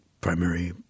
primary